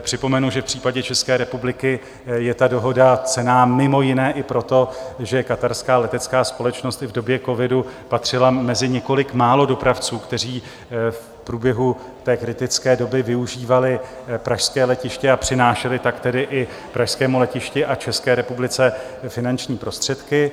Připomenu, že v případě České republiky je ta dohoda cenná mimo jiné i proto, že katarská letecká společnost i v době covidu patřila mezi několik málo dopravců, kteří v průběhu kritické doby využívali pražské letiště, a přinášeli tak tedy pražskému letišti i České republice finanční prostředky.